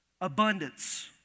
Abundance